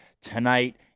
tonight